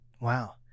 Wow